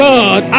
God